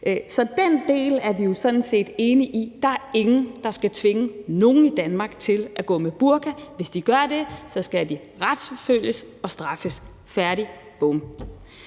Så den del er vi sådan set enige i. Der er ingen, der skal tvinge nogen i Danmark til at gå med burka. Hvis de gør det, skal de retsforfølges og straffes – færdig, bum.